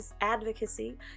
advocacy